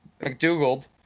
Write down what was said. McDougald